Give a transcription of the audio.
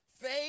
Faith